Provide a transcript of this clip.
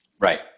Right